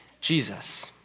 Jesus